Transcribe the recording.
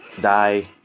Die